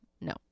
No